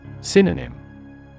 Synonym